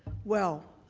well,